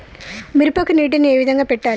మిరపకి నీటిని ఏ విధంగా పెట్టాలి?